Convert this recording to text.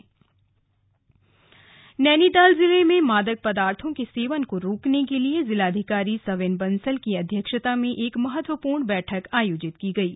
NAPDDR Nainital जिले में मादक पदार्थो के सेवन को रोकने के लिए जिलाधिकारी सविन बंसल की अध्यक्षता में एक महत्वपूर्ण बैठक आयोजित की गयी